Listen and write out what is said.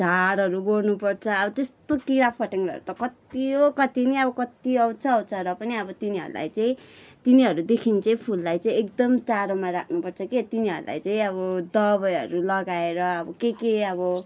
झारहरू गोड्नुपर्छ अब त्यस्तो किरा फट्याङ्ग्राहरू त कति हो कति नि कति आउँछ आउँछ र पनि अब तिनीहरूलाई चाहिँ तिनीहरूदेखिन् चाहिँ फुललाई चाहिँ एकदम टाढोमा राख्नु पर्छ के तिनीहरूलाई चाहिँ अब दबाईहरू लगाएर अब के के अब